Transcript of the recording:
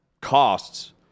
costs